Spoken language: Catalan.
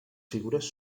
figures